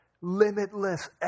limitless